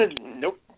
Nope